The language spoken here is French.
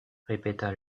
répéta